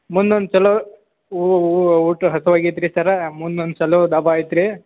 ಮುಂದೊಂದು ಚೊಲೋ ಊಟ ಹಸ್ವಾಗೈತ್ ರೀ ಸರ್ರ ಮುಂದೊಂದು ಚೊಲೋ ದಾಬಾ ಐತ್ರಿ